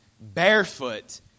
barefoot